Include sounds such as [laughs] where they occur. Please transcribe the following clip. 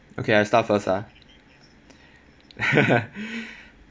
okay I start first ah [laughs]